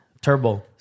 Turbo